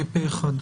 אושר פה אחד.